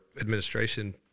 administration